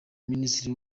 minisitiri